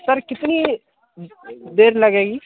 sir कितनी देर लगेगी